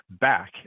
back